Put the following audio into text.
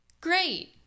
Great